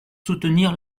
soutenir